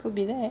could be that